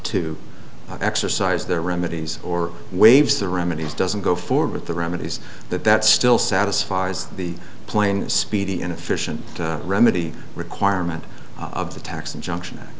to exercise their remedies or waves the remedies doesn't go forward with the remedies that that still satisfies the plain speedy and efficient remedy requirement of the tax injunction